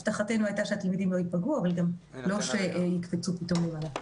הבטחתנו הייתה שהתלמידים לא ייפגעו אבל שגם לא יקפצו פתאום למעלה.